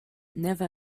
never